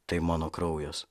tai mano kraujas